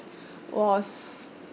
was